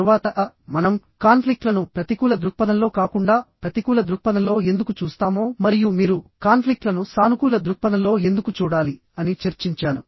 తరువాత మనం కాన్ఫ్లిక్ట్ లను ప్రతికూల దృక్పథంలో కాకుండా ప్రతికూల దృక్పథంలో ఎందుకు చూస్తామో మరియు మీరు కాన్ఫ్లిక్ట్ లను సానుకూల దృక్పథంలో ఎందుకు చూడాలి అని చర్చించాను